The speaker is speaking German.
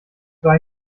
war